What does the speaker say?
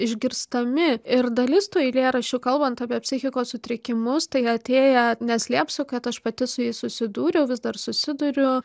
išgirstami ir dalis tų eilėraščių kalbant apie psichikos sutrikimus tai atėję neslėpsiu kad aš pati su jais susidūriau vis dar susiduriu